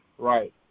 Right